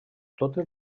totes